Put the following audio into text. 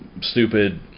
stupid